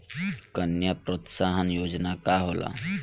कन्या प्रोत्साहन योजना का होला?